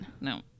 No